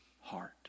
heart